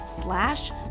slash